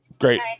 Great